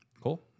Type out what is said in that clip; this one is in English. Cool